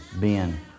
Ben